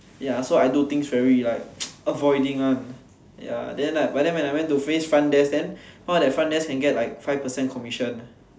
ya so I like do things very like avoiding one ya then like but then when I went to face front desk then heard that front desk can get like five percent commission